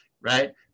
right